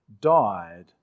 died